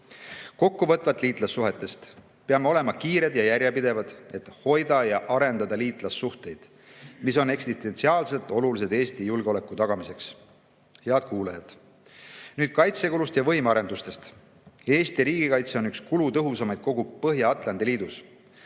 Kokkuvõtvalt liitlassuhetest: peame olema kiired ja järjepidevad, et hoida ja arendada liitlassuhteid, mis on eksistentsiaalselt olulised Eesti julgeoleku tagamiseks. Head kuulajad! Nüüd kaitsekuludest ja võimearendustest. Eesti riigikaitse on üks kulutõhusamaid kogu Põhja-Atlandi liidus.